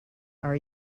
are